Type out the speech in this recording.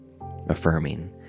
affirming